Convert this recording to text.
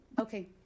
Okay